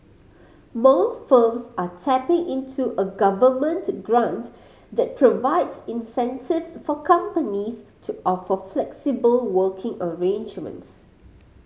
more firms are tapping into a Government grant that provides incentives for companies to offer flexible working arrangements